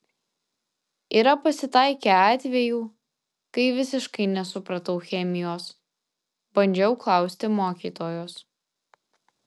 yra pasitaikę atvejų kai visiškai nesupratau chemijos bandžiau klausti mokytojos